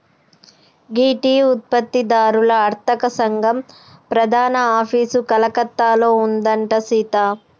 గీ టీ ఉత్పత్తి దారుల అర్తక సంగం ప్రధాన ఆఫీసు కలకత్తాలో ఉందంట సీత